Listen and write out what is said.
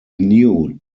new